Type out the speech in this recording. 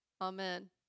Amen